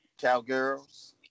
Cowgirls